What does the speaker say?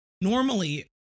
Normally